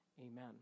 amen